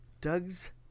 Doug's